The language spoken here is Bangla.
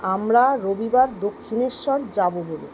আমরা রবিবার দক্ষিণেশ্বর যাব বলে